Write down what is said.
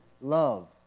love